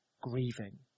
Grieving